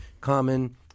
common